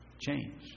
change